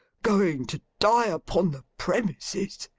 going to die upon the premises.